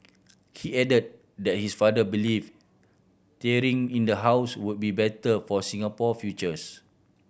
he added that his father believed tearing in the house would be better for Singapore futures